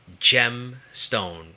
gemstone